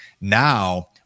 Now